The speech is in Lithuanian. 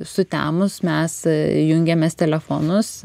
sutemus mes jungiamės telefonus